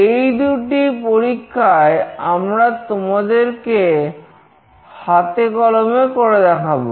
এই দুটি পরীক্ষায় আমরা তোমাদেরকে হাতে কলমে করে দেখাবো